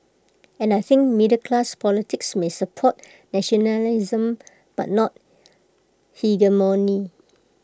and I think middle class politics may support nationalism but not hegemony